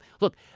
Look